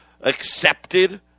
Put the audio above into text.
accepted